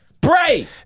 Bray